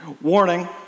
Warning